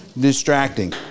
distracting